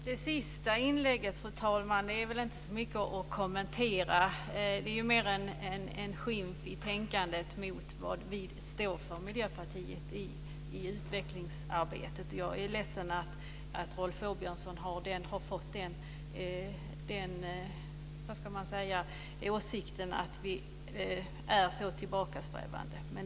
Fru talman! Det sista inlägget är inte så mycket att kommentera. Det är mer en skymf i tänkandet av det vi i Miljöpartiet står för i utvecklingsarbetet. Jag är ledsen att Rolf Åbjörnsson har fått uppfattningen att vi är så tillbakasträvande.